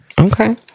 Okay